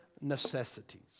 necessities